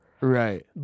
Right